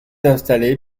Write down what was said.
installé